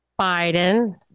biden